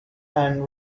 and